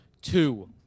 two